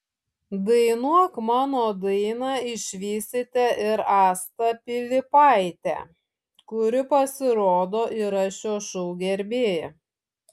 dainuok mano dainą išvysite ir astą pilypaitę kuri pasirodo yra šio šou gerbėja